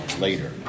later